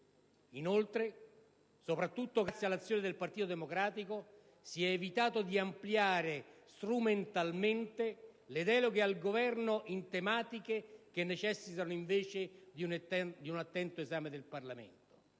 Inoltre, soprattutto grazie all'azione del Partito Democratico, si è evitato di ampliare strumentalmente le deleghe al Governo in tematiche che necessitano invece di un attento esame del Parlamento.